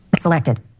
Selected